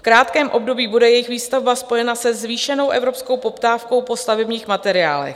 V krátkém období bude jejich výstavba spojena se zvýšenou evropskou poptávkou po stavebních materiálech.